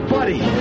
Buddy